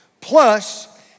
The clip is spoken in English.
plus